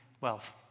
wealth